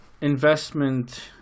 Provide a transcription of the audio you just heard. investment